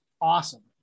awesome